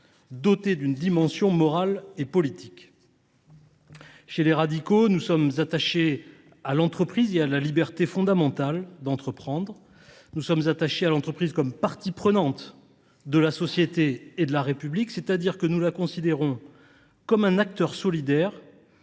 doté d’une dimension morale et politique ? Chez les radicaux, nous sommes attachés à l’entreprise et à la liberté fondamentale d’entreprendre. Nous sommes attachés à l’entreprise comme partie prenante de la société et de la République, c’est à dire que nous la considérons comme un acteur solidaire